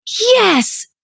yes